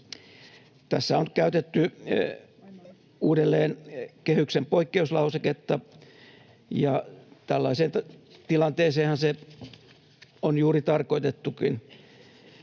Tässä on käytetty uudelleen kehyksen poikkeuslauseketta, ja tällaiseen tilanteeseenhan se on juuri tarkoitettukin.